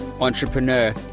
entrepreneur